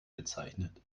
bezeichnet